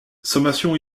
sommations